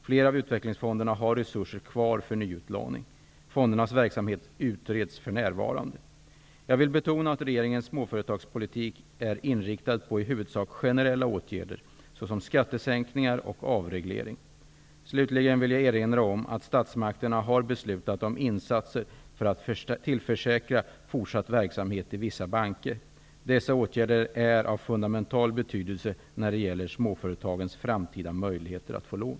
Flera av utvecklingsfonderna har resurser kvar för nyutlåning. Fondernas verksamhet utreds för närvarande. Jag vill betona att regeringens småföretagspolitik i huvudsak är inriktad på generella åtgärder, såsom skattesänkningar och avreglering. Slutligen vill jag erinra om att statsmakterna har beslutat om insatser för att tillförsäkra fortsatt verksamhet i vissa banker. Dessa åtgärder är av fundamental betydelse när det gäller småföretagens framtida möjligheter att få lån.